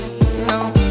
No